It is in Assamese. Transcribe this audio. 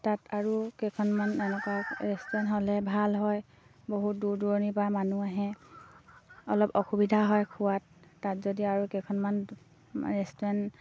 তাত আৰু কেইখনমান এনেকুৱা ৰেষ্টুৰেণ্ট হ'লে ভাল হয় বহুত দূৰ দূৰণিৰ পৰা মানুহ আহে অলপ অসুবিধা হয় খোৱাত তাত যদি আৰু কেইখনমান ৰেষ্টুৰেণ্ট